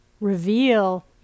reveal